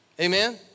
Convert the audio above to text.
amen